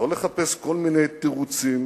לא לחפש כל מיני תירוצים